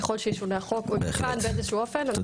ככל שישונה החוק, נפעל בהתאם.